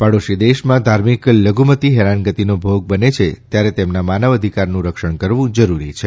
પડોશી દેશમાં ધાર્મિક લધુમતિ હેરાનગતિનો ભોગ બને છે ત્યારે તેમના માનવ અધિકારનું રક્ષણ કરવું જરૂરી છે